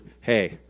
hey